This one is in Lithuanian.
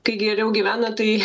kai geriau gyvena tai